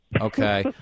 okay